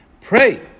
Pray